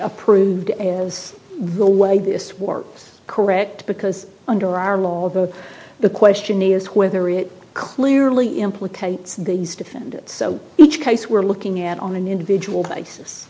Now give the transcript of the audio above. approved is the way this works correct because under our law although the question is whether it clearly implicates these defendants so each case we're looking at on an individual basis